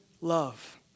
love